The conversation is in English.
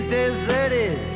deserted